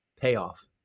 payoff